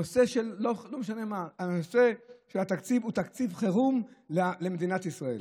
הנושא של התקציב הוא תקציב חירום למדינת ישראל.